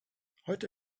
heute